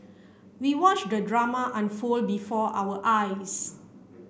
we watched the drama unfold before our eyes